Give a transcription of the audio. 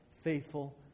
faithful